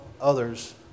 others